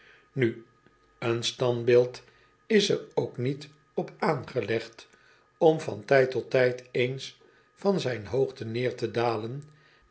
u een standbeeld is er ook niet op aangelegd om van tijd tot tijd eens van zijn hoogte neêr te dalen